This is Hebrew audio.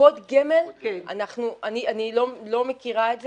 בקופות גמל אני לא מכירה את זה.